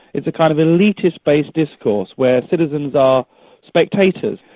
it's a kind of elitist based discourse where citizens are spectators.